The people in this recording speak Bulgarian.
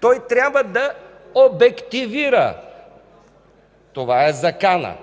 той трябва да обективира – това е закана,